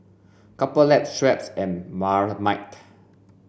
Couple Lab Schweppes and Marmite